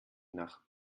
nach